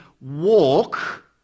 walk